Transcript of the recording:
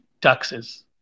taxes